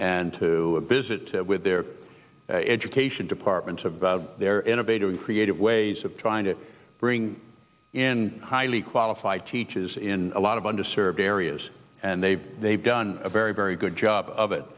and to visit with their education department about their innovative creative ways of trying to bring in highly qualified teachers in a lot of under served areas and they they've done a very very good job of it